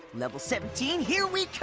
level seventeen, here we